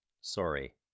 sorry